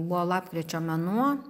buvo lapkričio mėnuo